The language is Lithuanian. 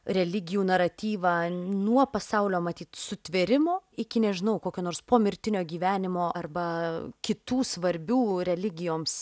religijų naratyvą nuo pasaulio matyt sutvėrimo iki nežinau kokio nors pomirtinio gyvenimo arba kitų svarbių religijoms